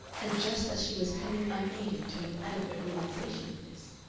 and just as she was coming unaided to an adequate realization of this,